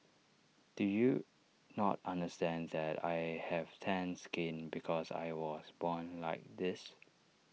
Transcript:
do you not understand that I have tanned skin because I was born like this